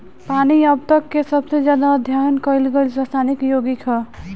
पानी अब तक के सबसे ज्यादा अध्ययन कईल गईल रासायनिक योगिक ह